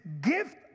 gift